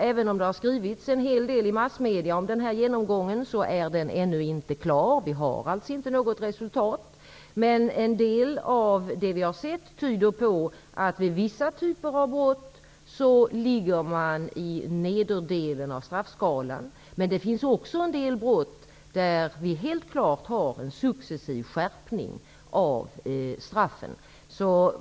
Även om det har skrivits en hel del i massmedierna om den här genomgången är den ännu inte klar. Vi har alltså inte något resultat. Men en del av det vi har sett tyder på att man ligger i nederdelen av straffskalan vid vissa typer av brott. Det finns också en del brott där vi helt klart har en successiv skärpning av straffen.